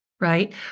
right